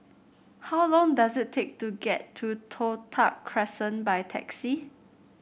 how long does it take to get to Toh Tuck Crescent by taxi